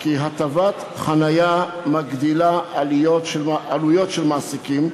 כי הטבת חניה מגדילה עלויות של מעסיקים,